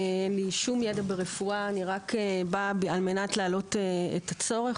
אין לי שום ידע ברפואה אני רק באה כדי להעלות את הצורך.